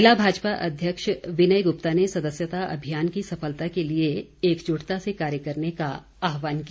ज़िला भाजपा अध्यक्ष विनय गुप्ता ने सदस्यता अभियान की सफलता के लिए एकजुटता से कार्य करने का आह्वान किया